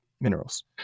minerals